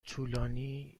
طولانی